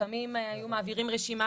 לפעמים היו מעבירים רשימה